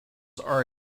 are